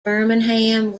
birmingham